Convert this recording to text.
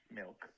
milk